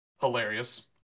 hilarious